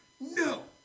No